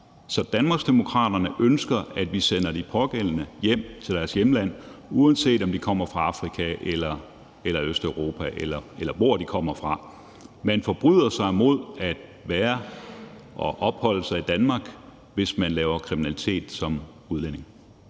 Så Danmarksdemokraterne ønsker, at vi sender de pågældende hjem til deres hjemland, uanset om de kommer fra Afrika eller Østeuropa, eller hvor de kommer fra. Man forbryder sig mod det danske samfund – at opholde sig i Danmark – hvis man laver kriminalitet som udlænding.